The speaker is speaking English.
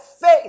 faith